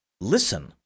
Listen